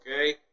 okay